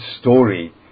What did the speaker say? story